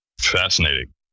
Fascinating